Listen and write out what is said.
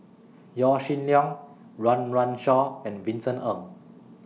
Yaw Shin Leong Run Run Shaw and Vincent Ng